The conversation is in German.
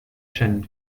scheinen